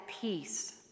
peace